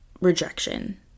rejection